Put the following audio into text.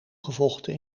gevochten